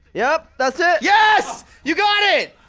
yep! that's it! yes! you got it!